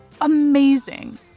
amazing